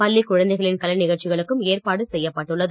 பள்ளிக் குழந்தைகளின் கலைநிகழ்ச்சிகளுக்கும் ஏற்பாடு செய்யப்பட்டுள்ளது